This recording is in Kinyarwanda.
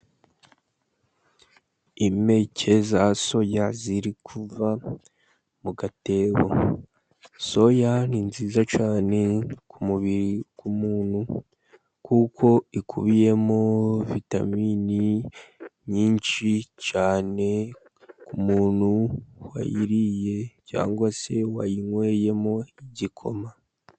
Impeke za soya ziri kuva mu gatebo. Soya ni nziza cyane ku mubiri w'umuntu, kuko ikubiyemo vitamini nyinshi cyane ku muntu wayiriye, cyangwa se wayinyweyemo igikoma.